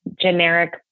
generic